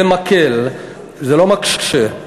זה מקל ולא מקשה.